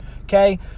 Okay